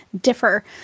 differ